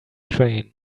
train